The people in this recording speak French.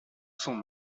son